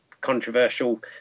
controversial